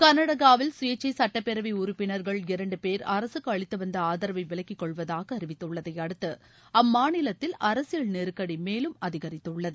கர்நாடகாவில் சுயேட்சைசட்டப்பேரவை உறுப்பினர்கள் இரண்டு பேர் அரகக்கு அளித்துவந்த ஆதரவை விலக்கிக்கொள்வதாக அறிவித்துள்ளதை அடுத்து அம்மாநிலத்தில் அரசியல் நெருக்கூ மேலும் அதிகரித்குள்ளது